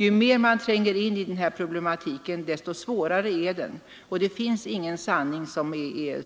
Ju mer man tränger in i denna problematik, desto svårare inser man att den är. Det finns ingen sanning som är